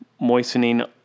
moistening